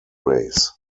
rays